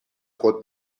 خود